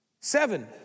Seven